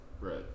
right